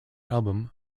album